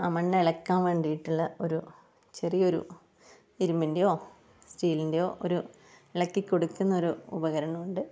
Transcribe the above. ആ മണ്ണളക്കാൻ വേണ്ടിട്ടുള്ള ഒരു ചെറിയൊരു ഇരുമ്പിൻ്റെയോ സ്റ്റീലിൻ്റെയോ ഒരു ഇളക്കിക്കൊടുക്കുന്ന ഒരു ഉപകരണമുണ്ട്